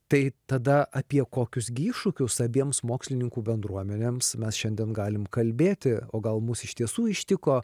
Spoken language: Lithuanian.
tai tada apie kokius gi iššūkius abiems mokslininkų bendruomenėms mes šiandien galim kalbėti o gal mus iš tiesų ištiko